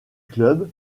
club